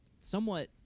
somewhat